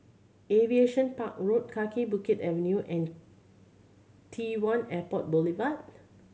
Aviation Park Road Kaki Bukit Avenue and T One Airport Boulevard